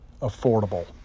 affordable